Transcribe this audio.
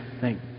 Thank